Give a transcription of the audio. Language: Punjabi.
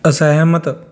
ਅਸਹਿਮਤ